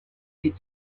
des